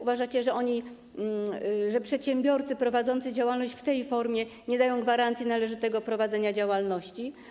Uważacie, że przedsiębiorcy prowadzący działalność w tej formie nie dają gwarancji należytego prowadzenia działalności?